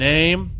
Name